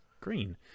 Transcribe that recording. green